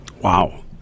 Wow